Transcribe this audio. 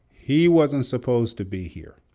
he wasn't supposed to be here.